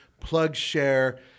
PlugShare